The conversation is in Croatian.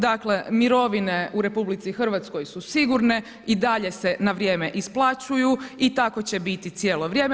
Dakle mirovine u RH su sigurne, i dalje se na vrijeme isplaćuju i tako će biti cijelo vrijeme.